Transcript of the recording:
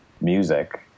music